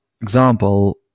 example